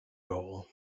goal